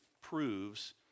proves